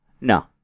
no